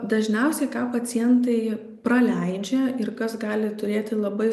dažniausiai ką pacientai praleidžia ir kas gali turėti labai